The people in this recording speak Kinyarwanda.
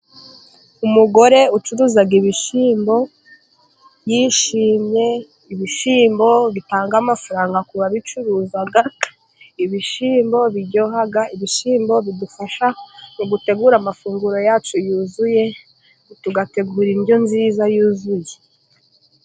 Umugore ucuruza ibishyimbo yishimye. Ibishyimbo bitanga amafaranga ku babicuruza, ibishyimbo biryoha, ibishyimbo bidufasha mu gutegura amafunguro yacu yuzuye, tugategura indyo nziza yuzuye.